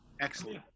Excellent